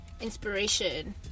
inspiration